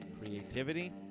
creativity